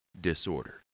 disorder